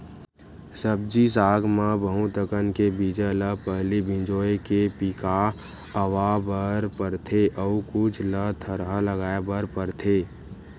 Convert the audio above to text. सब्जी साग म बहुत अकन के बीजा ल पहिली भिंजोय के पिका अवा बर परथे अउ कुछ ल थरहा लगाए बर परथेये